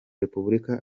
repubulika